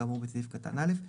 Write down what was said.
כאמור בסעיף קטן (א),